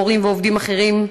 מורים ועובדים אחרים,